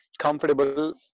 comfortable